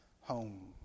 home